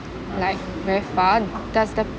like very far does the